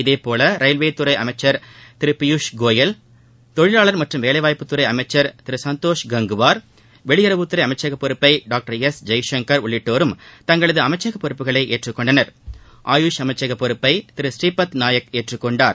இதேபோல ரயில்வே துறை அமைச்சர் திரு பியுஷ்கோயல் தொழிலாளர் மற்றும் வேலைவாய்ப்பு துறை அமைச்சர் திரு சந்தோஷ் கங்வார் வெளியுறத்துறை அமைச்சக பொறுப்பை டாக்டர் எஸ் ஜெய்சங்கர் உள்ளிட்டோரும் தங்களது அமைச்சக பொறுப்புகளை ஏற்றுக்கொண்டனர் ஆயுஷ் அமைச்சக பொறுப்பை திரு புரீபத் நாயக் ஏற்றுக்கொண்டார்